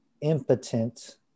impotent